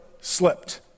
slipped